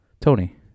Tony